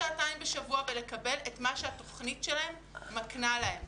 שעתיים בשבוע ולקבל את מה שהתוכנית שלהם מקנה להם.